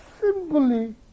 simply